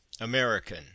American